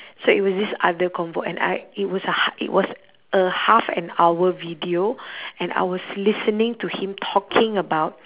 so it was this other convo and I it was a ha~ it was a half an hour video and I was listening to him talking about